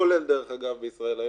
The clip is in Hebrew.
כולל דרך אגב ב'ישראל היום',